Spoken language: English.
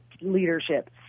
leadership